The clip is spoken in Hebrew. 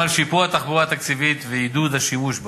לשיפור התחבורה הציבורית ועידוד השימוש בה.